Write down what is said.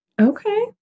Okay